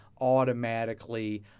automatically